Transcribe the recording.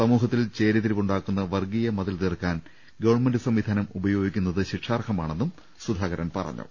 സമൂഹത്തിൽ ചേരിതിരിവ് ഉണ്ടാക്കുന്ന വർഗീയ മതിൽ തീർക്കാൻ ഗവൺമെന്റ് സംവിധാനം ഉപയോഗിക്കുന്നത് ശിക്ഷാർഹ മാണെന്ന് സുധാകരൻ പറഞ്ഞു